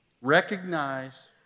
Recognize